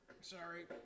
Sorry